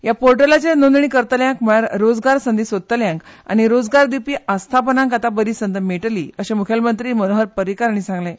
ह्या पोर्टलाचेर नोंदणी करतल्यांक म्हळ्यार रोजगार संदी सोदतल्यांक आनी रोजगार दिवपी आस्थापनांक आता बरी संद मेळटली अशें मुखेलमंत्री मनोहर पर्रीकार हांणी सांगलें